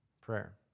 prayer